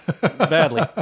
badly